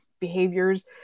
behaviors